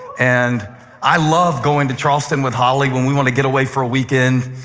and i love going to charleston with holly. when we want to get away for a weekend,